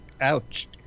Ouch